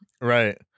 right